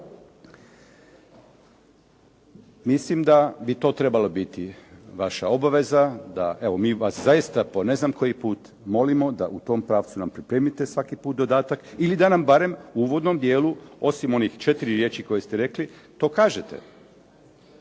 Mislim da bi to trebala biti vaša obaveza, mi vas zaista po ne znam koji put molimo da u tom pravcu nam pripremite svaki put dodatak, ili da nam barem u onom uvodnom dijelu osim onih četiri riječi koje ste rekli to kažete.